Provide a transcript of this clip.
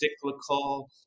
cyclical